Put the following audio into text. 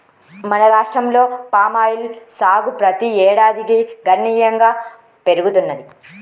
మన రాష్ట్రంలో పామాయిల్ సాగు ప్రతి ఏడాదికి గణనీయంగా పెరుగుతున్నది